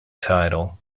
title